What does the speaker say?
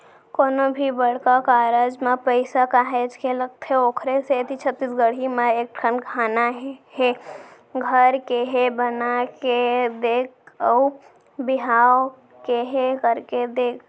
कोनो भी बड़का कारज म पइसा काहेच के लगथे ओखरे सेती छत्तीसगढ़ी म एक ठन हाना हे घर केहे बना के देख अउ बिहाव केहे करके देख